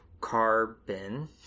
Carbon